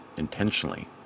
intentionally